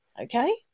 Okay